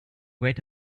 wait